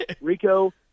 Rico